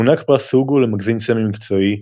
מוענק פרס הוגו למגזין סמי מקצועי,